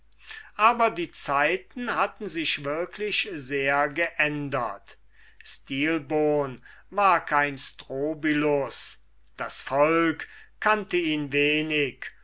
aber die zeiten hatten sich wirklich sehr geändert stilbon war kein strobylus das volk kannte ihn wenig